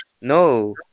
No